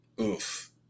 Oof